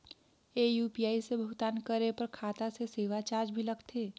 ये यू.पी.आई से भुगतान करे पर खाता से सेवा चार्ज भी लगथे?